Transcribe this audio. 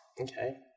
Okay